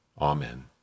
Amen